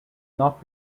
not